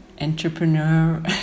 entrepreneur